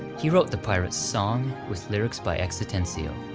he wrote the pirates song, with lyrics by x atencio.